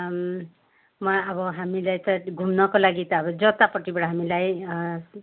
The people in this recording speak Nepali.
म अब हामीलाई त घुम्नको लागि त अब जता पट्टिबाट हामीलाई